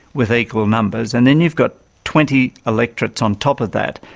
with equal numbers, and then you've got twenty electorates on top of that,